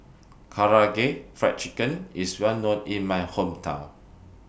Karaage Fried Chicken IS Well known in My Hometown